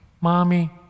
Mommy